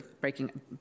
breaking